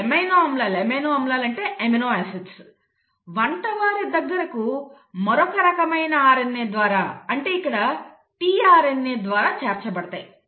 ఈ ఎమైనో ఆమ్లాలు వంట వారి దగ్గరకు మరొక రకమైన RNA ద్వారా అంటే ఇక్కడ tRNA ద్వారా చేర్చబడతాయి